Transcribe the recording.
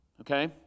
okay